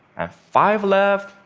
and five left.